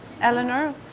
Eleanor